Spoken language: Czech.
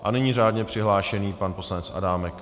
A nyní řádně přihlášený pan poslanec Adámek.